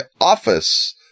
office